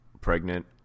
pregnant